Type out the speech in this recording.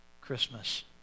Christmas